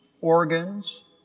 organs